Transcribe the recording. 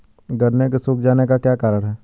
गन्ने के सूख जाने का क्या कारण है?